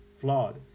flawed